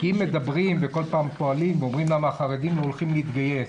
כי אם מדברים וכל פעם פועלים ואומרים למה החרדים לא מתגייסים,